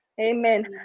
Amen